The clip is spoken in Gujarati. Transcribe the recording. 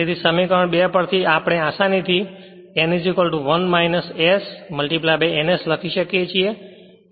તેથી સમીકરણ 2 પરથી આપણે આસાનીથી n 1 s n s લખી શકીએ છીએ